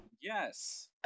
Yes